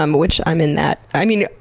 um which, i'm in that. i mean,